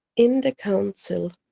in the council,